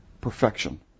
Perfection